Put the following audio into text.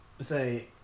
say